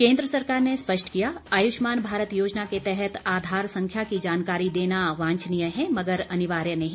केन्द्र सरकार ने स्पष्ट किया आयुष्मान भारत योजना के तहत आधार संख्या की जानकारी देना वांछनीय है मगर अनिवार्य नही